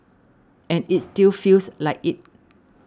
and it still feels like it